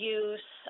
use